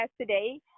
today